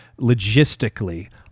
logistically